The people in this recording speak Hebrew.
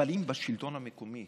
אבל אם בשלטון המקומי